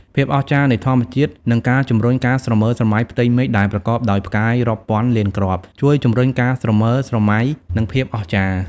ភាពអស្ចារ្យនៃធម្មជាតិ និងការជំរុញការស្រមើស្រមៃផ្ទៃមេឃដែលប្រកបដោយផ្កាយរាប់ពាន់លានគ្រាប់ ជួយជំរុញការស្រមើស្រមៃ និងភាពអស្ចារ្យ ។